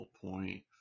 point